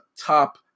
top